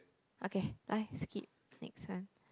okay 来 skip next one